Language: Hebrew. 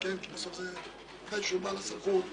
כן, עובדה, הוא שכח בכלל מה השאלה שלי.